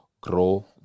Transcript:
grow